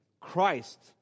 Christ